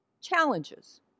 challenges